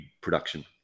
production